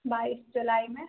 बाईस जुलाई में